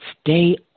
stay